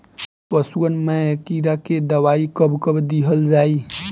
पशुअन मैं कीड़ा के दवाई कब कब दिहल जाई?